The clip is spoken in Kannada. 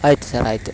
ಆಯಿತು ಸರ್ ಆಯಿತು